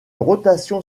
rotation